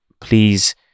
please